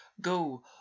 go